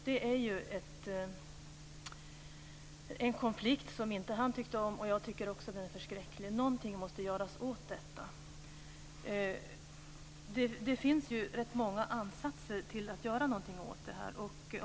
Det var en konflikt som han inte tyckte om. Jag tycker också att det är förskräckligt. Någonting måste göras åt detta. Det finns ju rätt många ansatser till att göra någonting åt det här.